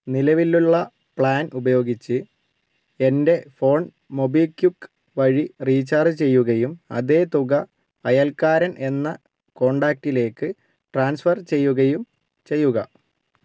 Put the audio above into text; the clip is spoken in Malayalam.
നിലവിലുള്ള പ്ലാൻ ഉപയോഗിച്ച് എൻ്റെ ഫോൺ മൊബിക്വിക്ക് വഴി റീചാർജ് ചെയ്യുകയും അതേ തുക അയൽക്കാരൻ എന്ന കോൺടാക്ടിലേക്ക് ട്രാൻസ്ഫർ ചെയ്യുകയും ചെയ്യുക